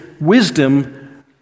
wisdom